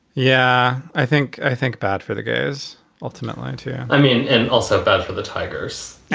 yeah, i think i think bad for the gays ultimately, too yeah i mean, and also bad for the tigers and